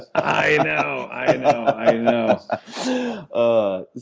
i know. i ah